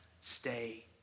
stay